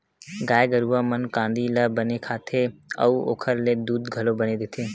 गाय गरूवा मन कांदी ल बने खाथे अउ ओखर ले दूद घलो बने देथे